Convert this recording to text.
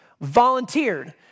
volunteered